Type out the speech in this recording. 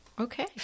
Okay